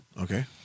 Okay